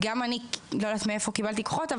גם אני לא יודעת מאיפה קיבלתי כוחות,